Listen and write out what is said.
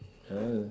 ah